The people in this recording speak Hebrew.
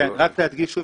כן, רק להדגיש את